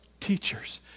teachers